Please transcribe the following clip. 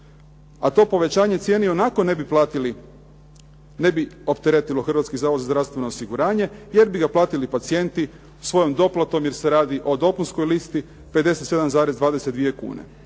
a to povećanje cijene ionako ne bi opteretilo Hrvatski zavod za zdravstveno osiguranje, jer bi ga platili pacijenti svojom doplatom jer se radi o dopunskoj listi 57,22 kune.